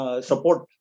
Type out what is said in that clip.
Support